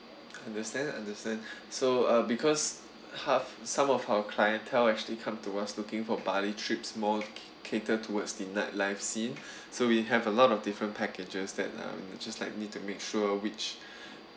understand understand so uh because half some of our clientele actually come to us looking for bali trips more cater towards the night life scene so we have a lot of different packages that um just likely to make sure which